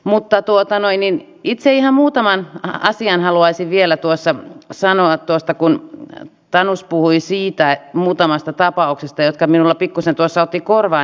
mutta itse ihan muutaman asian haluaisin vielä sanoa kun tanus puhui muutamasta tapauksesta jotka minulla pikkuisen tuossa ottivat korvaan